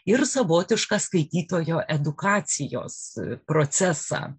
ir savotiškas skaitytojo edukacijos procesą